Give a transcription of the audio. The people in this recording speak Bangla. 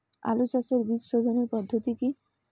আলু চাষের বীজ সোধনের পদ্ধতি কি?